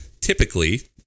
typically